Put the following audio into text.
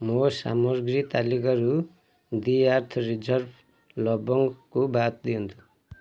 ମୋ ସାମଗ୍ରୀ ତାଲିକାରୁ ଦି ଆର୍ଥ ରିଜର୍ଭ ଲବଙ୍ଗକୁ ବାଦ ଦିଅନ୍ତୁ